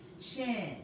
chin